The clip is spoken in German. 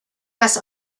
das